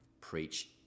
preach